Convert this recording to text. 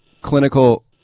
clinical